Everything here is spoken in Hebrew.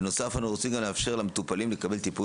בנוסף אנו גם רוצים לאפשר למטופלים לקבל טיפול